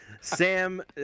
Sam